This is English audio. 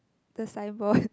the sign board